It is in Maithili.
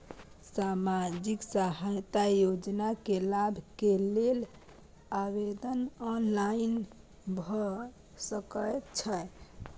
सामाजिक सहायता योजना के लाभ के लेल आवेदन ऑनलाइन भ सकै छै?